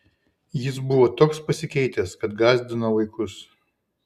jis buvo toks pasikeitęs kad gąsdino vaikus